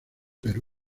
perú